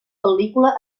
pel·lícula